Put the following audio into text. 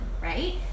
right